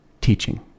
teaching